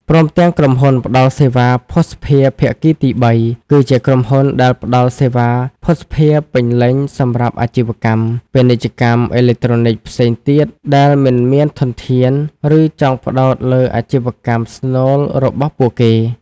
ព្រមទាំងក្រុមហ៊ុនផ្តល់សេវាភស្តុភារភាគីទីបី គឺជាក្រុមហ៊ុនដែលផ្តល់សេវាភស្តុភារពេញលេញសម្រាប់អាជីវកម្ម ពាណិជ្ជកម្មអេឡិចត្រូនិកផ្សេងទៀត ដែលមិនមានធនធាន ឬចង់ផ្តោតលើអាជីវកម្មស្នូលរបស់ពួកគេ។